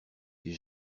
des